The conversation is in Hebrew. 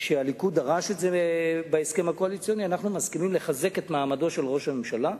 לחזק את מעמדו של ראש הממשלה,